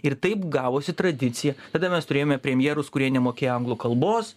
ir taip gavosi tradicija tada mes turėjome premjerus kurie nemokėjo anglų kalbos